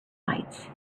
lights